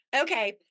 Okay